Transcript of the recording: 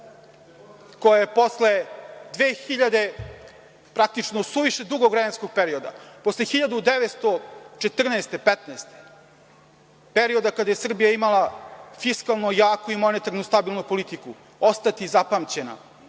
koja je posle 2000. praktično suviše dugog vremenskog perioda, posle 1914., 1915. godine, perioda kada je Srbija imala fiskalno jaku i monetarno stabilnu politiku, ostati zapamćena